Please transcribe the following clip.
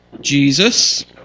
Jesus